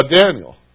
Daniel